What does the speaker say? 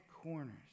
corners